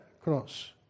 cross